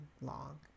long